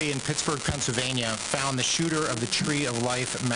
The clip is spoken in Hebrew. התקיפה כבר הורשע בעבר ב-53 תקיפות אחרות בפיטסבורג.